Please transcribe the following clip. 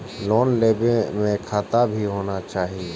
Loan लेबे में खाता भी होना चाहि?